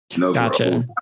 Gotcha